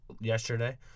yesterday